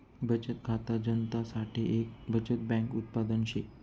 बचत खाता जनता साठे एक बचत बैंक उत्पादन शे